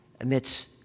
amidst